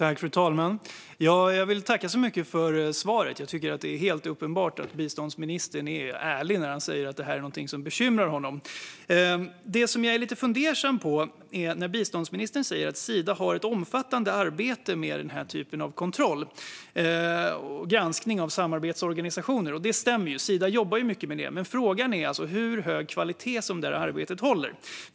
Fru talman! Jag vill tacka så mycket för svaret. Jag tycker att det är helt uppenbart att biståndsministern är ärlig när han säger att det här är någonting som bekymrar honom. Jag är ändå lite fundersam. Biståndsministern säger att Sida har ett omfattande arbete med den här typen av kontroll och granskning av samarbetsorganisationer. Det stämmer. Sida jobbar mycket med det. Men frågan är hur hög kvalitet det arbetet håller.